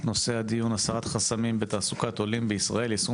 נושא הדיון: הסרת חסמים בתעסוקת עולים בישראל - יישום